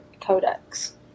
Codex